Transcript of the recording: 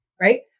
Right